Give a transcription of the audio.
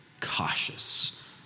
cautious